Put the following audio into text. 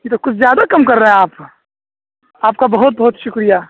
یہ تو کچھ زیادہ کم کر رہے ہیں آپ آپ کا بہت بہت شکریہ